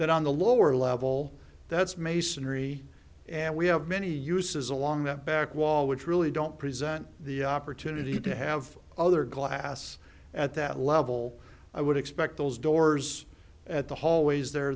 that on the lower level that's masonry and we have many uses along that back wall which really don't present the opportunity to have other glass at that level i would expect those doors at the hallways there